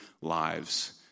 lives